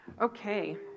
Okay